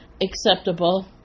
acceptable